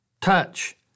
touch